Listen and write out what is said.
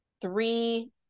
three